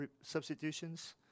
substitutions